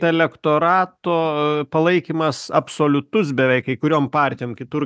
elektorato palaikymas absoliutus beveik kai kuriom partijom kitur